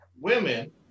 women